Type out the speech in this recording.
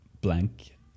blank